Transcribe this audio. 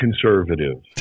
conservative